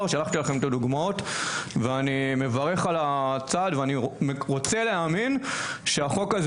ואת הדוגמאות ואני מברך על הצעד ואני רוצה להאמין שהחוק הזה